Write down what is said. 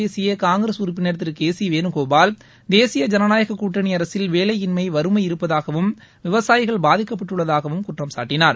பேசிய காங்கிரஸ் இந்த விவாதத்தில் உறுப்பினர் திரு கே சி வேணுகோபால் தேசிய ஜனநாயக கூட்டணி அரசில் வேலையின்மை வறுமை இருப்பதாகவும் விவசாயிகள் பாதிக்கப்பட்டுள்ளதாகவும் குற்றம் சாட்டினார்